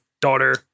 daughter